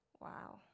Wow